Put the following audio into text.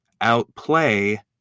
outplay